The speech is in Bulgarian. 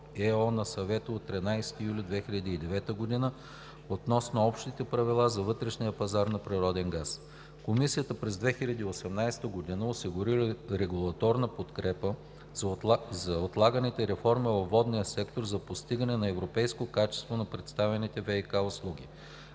и на Съвета от 13 юли 2009 г. относно общите правила за вътрешния пазар на природен газ. Комисията през 2018 г. осигури регулаторна подкрепа за отлаганите реформи във водния сектор за постигане на европейско качество на предоставяните ВиК услуги.